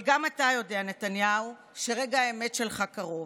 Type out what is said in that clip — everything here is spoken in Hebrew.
אבל גם אתה יודע, נתניהו, שרגע האמת שלך קרוב.